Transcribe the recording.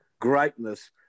greatness